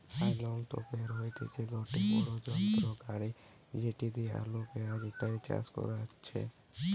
হাউলম তোপের হইতেছে গটে বড়ো যন্ত্র গাড়ি যেটি দিয়া আলু, পেঁয়াজ ইত্যাদি চাষ করাচ্ছে